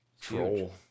troll